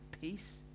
peace